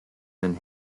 than